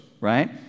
right